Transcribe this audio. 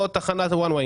או תחנת One way.